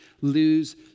lose